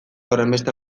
horrenbeste